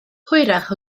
hwyrach